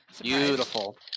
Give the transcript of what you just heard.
Beautiful